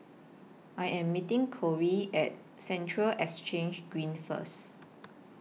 I Am meeting Corie At Central Exchange Green First